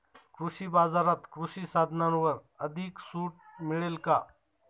कृषी बाजारात कृषी साधनांवर अधिक सूट मिळेल का?